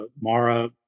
Mara